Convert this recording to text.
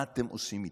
ומה אתם עושים איתם.